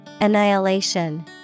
Annihilation